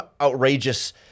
outrageous